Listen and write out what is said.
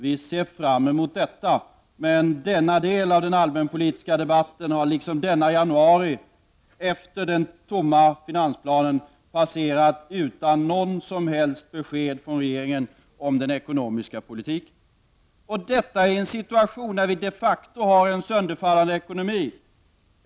Vi ser fram emot detta, men denna del av den allmänpolitiska debatten har, liksom denna januari efter det att regeringen presenterade den tomma finansplanen, passerat utan något som helst besked från regeringen om den ekonomiska politiken. Och detta är fallet i en situation när vi de facto har en sönderfallande ekonomi!